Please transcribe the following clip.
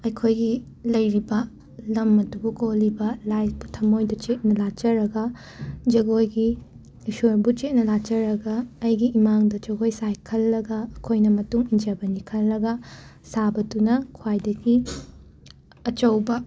ꯑꯩꯈꯣꯏꯒꯤ ꯂꯩꯔꯤꯕ ꯂꯝ ꯑꯗꯨꯕꯨ ꯀꯣꯜꯂꯤꯕ ꯂꯥꯏꯕꯨ ꯊꯝꯃꯣꯏꯗ ꯆꯦꯠꯅ ꯂꯥꯠꯆꯔꯒ ꯖꯒꯣꯏꯒꯤ ꯏꯁꯣꯔꯕꯨ ꯆꯦꯠꯅ ꯂꯥꯠꯆꯔꯒ ꯑꯩꯒꯤ ꯏꯃꯥꯡꯗ ꯖꯒꯣꯏ ꯁꯥꯏ ꯈꯜꯂꯒ ꯑꯩꯈꯣꯏꯅ ꯃꯇꯨꯡ ꯏꯟꯖꯕꯅꯤ ꯈꯜꯂꯒ ꯁꯥꯕꯗꯨꯅ ꯈ꯭ꯋꯥꯏꯗꯒꯤ ꯑꯆꯧꯕ